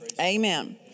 Amen